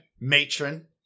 Matron